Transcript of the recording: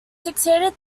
succeeded